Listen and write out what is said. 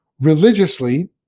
religiously